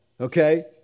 okay